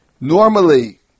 Normally